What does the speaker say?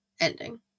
ending